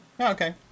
okay